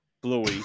Bluey